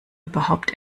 überhaupt